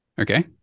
okay